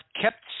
kept